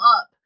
up